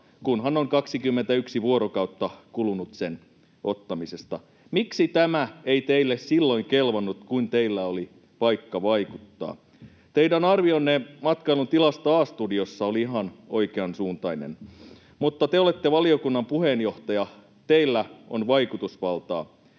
kunhan on 21 vuorokautta kulunut sen ottamisesta. Miksi tämä ei teille silloin kelvannut, kun teillä oli paikka vaikuttaa? Teidän arvionne matkailun tilasta A-studiossa oli ihan oikeansuuntainen, mutta te olette valiokunnan puheenjohtaja, teillä on vaikutusvaltaa.